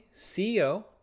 CEO